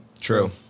True